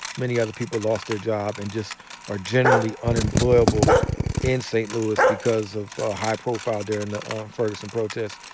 many other people lost their job and just are generally unemployable in st. louis because of a high profile during the ferguson protests.